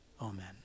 Amen